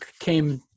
came